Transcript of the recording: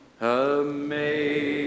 Amazing